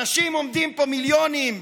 אנשים עומדים פה, מיליונים,